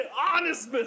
honest